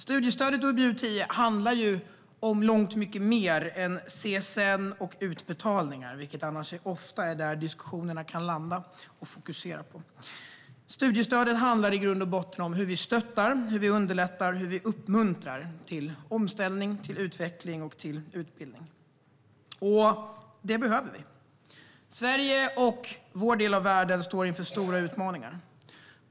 Studiestöd och UbU10 handlar om långt mycket mer än CSN och utbetalningar, fast det ofta är det som diskussionerna fokuserar på. Det handlar i grund och botten om hur vi stöttar, underlättar och uppmuntrar till omställning, utveckling och utbildning. Det behöver vi. Sverige och vår del av världen står inför stora utmaningar.